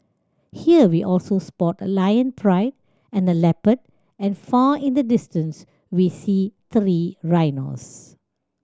here we also spot a lion pride and a leopard and far in the distance we see three rhinos